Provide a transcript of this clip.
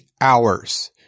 hours